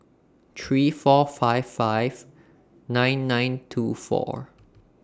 three four five five nine nine two four